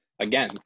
again